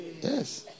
Yes